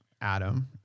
Adam